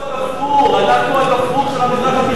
אנחנו הגפרור, אנחנו הגפרור של המזרח התיכון.